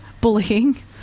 bullying